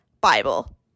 Bible